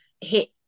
hit